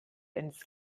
ins